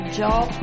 job